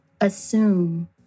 assume